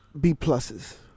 B-pluses